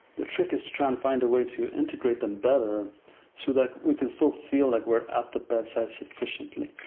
the trick is to try and find a way to integrate them better so that we can still feel like we're at the bedside sufficiently.